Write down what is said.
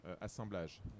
assemblage